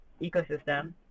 ecosystem